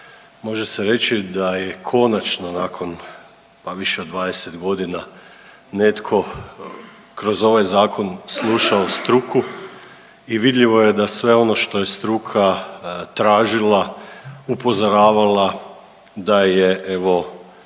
može se reći da je konačno nakon, pa više od 20 godina netko kroz ovaj Zakon slušao struku i vidljivo je da sve ono što je struka tražila, upozoravala, da je evo,